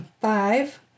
Five